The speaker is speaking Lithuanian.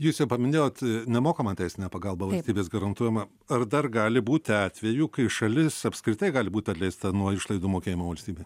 jūs jau paminėjot nemokamą teisinę pagalbą valstybės garantuojamą ar dar gali būti atvejų kai šalis apskritai gali būt atleista nuo išlaidų mokėjimo valstybei